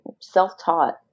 self-taught